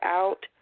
out